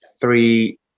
three